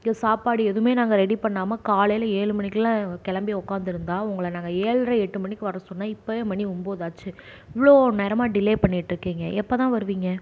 இங்கே சாப்பாடு எதுவுமே நாங்கள் ரெடி பண்ணாமல் காலையில் ஏழு மணிக்கெல்லாம் கிளம்பி உட்காந்துருந்தா உங்களை நாங்கள் ஏழர எட்டு மணிக்கு வர சொன்னால் இப்போவே மணி ஒம்பது ஆச்சு இவ்வளோ நேரமாக டிலே பண்ணிட்டிருக்கிங்க எப்போதான் வருவீங்க